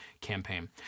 campaign